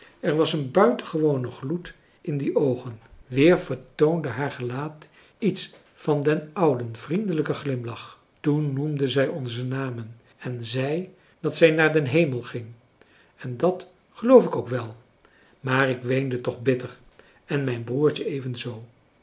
er was een buitengewone gloed in die oogen weer vertoonde haar gelaat iets van den ouden vriendelijken glimlach toen noemde zij onze namen en zei dat zij naar den hemel ging en dat geloof ik ook wel maar ik weende toch bitter en mijn broertje evenzoo